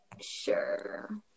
Sure